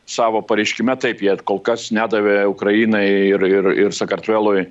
savo pareiškime taip jie kol kas nedavė ukrainai ir ir ir sakartvelui